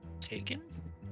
taken